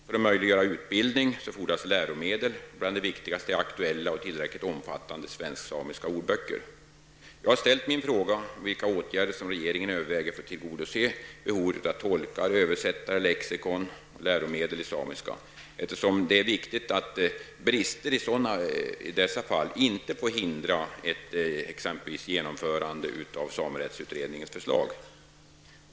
För att möjliggöra utbildning fordras det läromedel -- bland de viktigaste är aktuella och tillräckligt omfattande svensk-samiska ordböcker. Jag har ställt min fråga om vilka åtgärder som regeringen överväger för att tillgodose behovet av tolkar, översättare, lexika och läromedel i samiska eftersom det är viktigt att brister i sådana avseenden inte får hindra exempelvis ett genomförande av samerättsutredningens förslag.